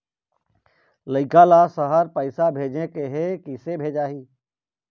लइका ला शहर पैसा भेजें के हे, किसे भेजाही